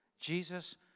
Jesus